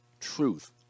truth